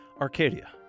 Arcadia